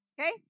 Okay